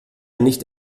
nicht